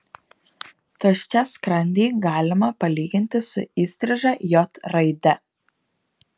tuščią skrandį galima palyginti su įstriža j raide